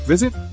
Visit